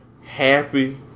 happy